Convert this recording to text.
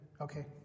Okay